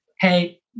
hey